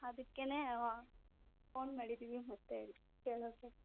ಅದಕ್ಕೇ ವಾ ಫೋನ್ ಮಾಡಿದ್ದೀವಿ ಮತ್ತೆ ಇದು ಕೇಳೋಕ್ಕೆ